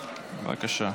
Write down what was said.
בבקשה.